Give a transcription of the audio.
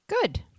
Good